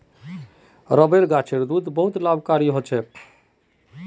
rubber गाछेर दूध बहुत लाभकारी ह छेक